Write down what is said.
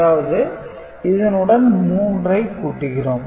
அதாவது இதனுடன் 3 ஐக் கூட்டுகிறோம்